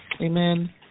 Amen